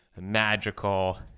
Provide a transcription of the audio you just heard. magical